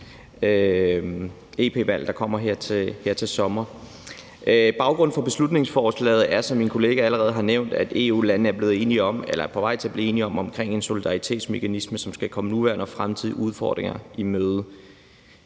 der kommer her til sommer. Baggrunden for beslutningsforslaget er, som min kollega allerede har nævnt, at EU-landene er på vej til at blive enige om en solidaritetsmekanisme, som skal komme nuværende og fremtidige udfordringer i møde.